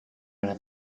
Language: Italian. una